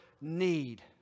need